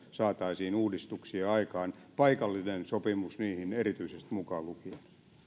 saataisiin uudistuksia aikaan paikallinen sopimus niihin erityisesti mukaan lukien